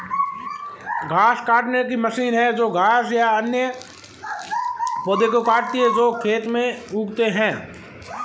घास काटने की मशीन है जो घास या अन्य पौधों को काटती है जो खेत में उगते हैं